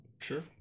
sure